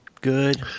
Good